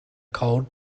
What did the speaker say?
cold